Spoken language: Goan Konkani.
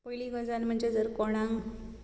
पयली गजाल म्हणजें जर कोणाक